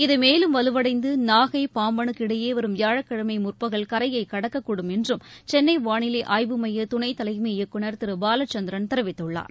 இது மேலும் வலுவடைந்துநாகை பாம்பனுக்கு இடையேவரும் வியாழக்கிழமைமுற்பகல் கரையைக் கடக்கக்கூடும் என்றும் சென்னைவாளிலைஆய்வு மையதுணைத்தலைமை இயக்குநர் திருபாலச்சந்திரன் தெரிவித்துள்ளார்